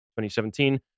2017